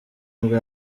nibwo